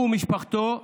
הוא ומשפחתו,